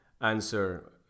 answer